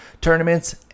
Tournaments